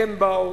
הם באו,